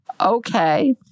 Okay